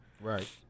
Right